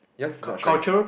yes not showing